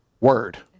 word